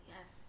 Yes